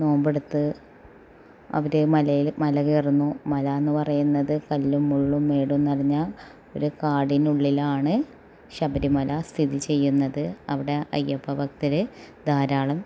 നോമ്പെടുത്ത് അവർ മലയിൽ മല കയറുന്നു മല എന്ന് പറയുന്നത് കല്ലും മുള്ളും മേടും നിറഞ്ഞ ഒരു കാടിനുള്ളിലാണ് ശബരിമല സ്ഥിതി ചെയ്യുന്നത് അവിടെ അയ്യപ്പ ഭക്തർ ധാരാളം